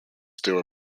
still